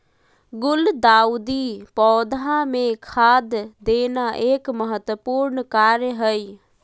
गुलदाऊदी पौधा मे खाद देना एक महत्वपूर्ण कार्य हई